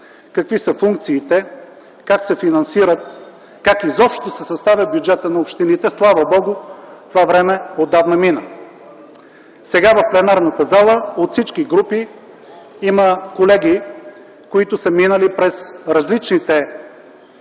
какви са функциите, как се финансират, как изобщо се съставя бюджетът на общините. Слава Богу, това време отдавна мина. Сега в пленарната зала от всички групи има колеги, които са минали през различните